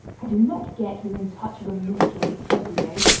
i do not get within touch of a mystery every day,